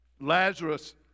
Lazarus